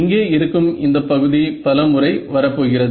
இங்கே இருக்கும் இந்த பகுதி பல முறை வரப்போகிறது